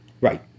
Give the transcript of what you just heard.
Right